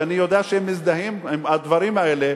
שאני יודע שהם מזדהים עם הדברים האלה,